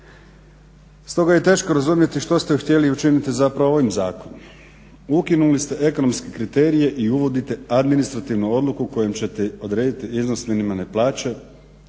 Stoga je i teško razumjeti što ste htjeli učiniti zapravo ovim zakonom. Ukinuli ste ekonomske kriterije i uvodite administrativnu odluku kojom ćete odrediti iznos minimalne plaće,